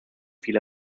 viel